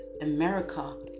America